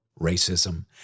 racism